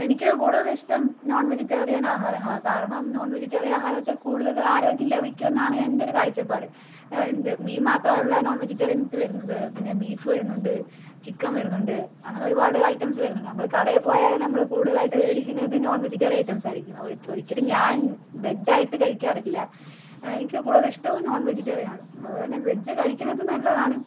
എനിക്ക് കൂടുതൽ ഇഷ്ടം നോൺ വെജിറ്റേറിയൻ ആഹാരങ്ങളാണ് കാരണം നോൺ വെജിറ്റേറിയൻ ആഹാരമെന്ന് വെച്ചാൽ കൂടുതൽ ആരോഗ്യം ലഭിക്കുവെന്നാണെന്റെ ഒരു കാഴ്ച്ചപ്പാട് എന്ത് മീൻ മാത്രവല്ല നോൺ വെജിറ്റേറിയന്റെ അകത്ത് വരുന്നത് പിന്നെ ബീഫ് വരുന്നുണ്ട് ചിക്കൻ വരുന്നുണ്ട് അങ്ങനെ ഒരുപാട് ഐറ്റംസ്സ് വരുന്നുണ്ട് നമ്മള് കടയിൽ പോയാലും നമ്മള് കൂടുതലായിട്ട് മേടിക്കുന്നത് നോൺ വെജിറ്റേറിയൻ ഐറ്റംസ് ആയിരിക്കും ഒര് ഒരിക്കലും ഞാൻ വെജ്ജായിട്ട് കഴിക്കാറില്ല എനിക്ക് കൂടുതലിഷ്ടവും നോൺ വെജിറ്റേറിയനാണ് അതുപോലെ തന്നെ വെജ്ജ് കഴിക്കുന്നത് നല്ലതാണ്